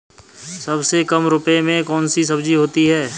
सबसे कम रुपये में कौन सी सब्जी होती है?